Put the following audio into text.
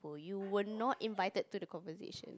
you were not invited to the conversation